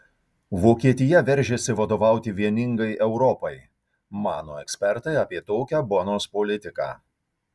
vokietija veržiasi vadovauti vieningai europai mano ekspertai apie tokią bonos politiką